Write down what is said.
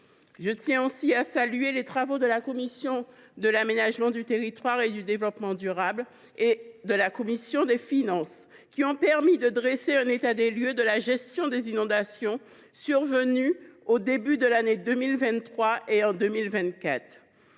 Je tiens aussi à saluer les travaux de la commission de l’aménagement du territoire et du développement durable et la commission des finances, qui ont permis de dresser un état des lieux de la gestion des inondations survenues au début de l’année 2023 et en 2024.